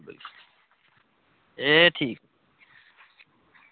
एह् ठीक